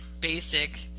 basic